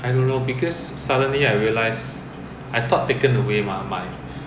ya for the recen~ full recency simulator support